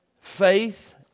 faith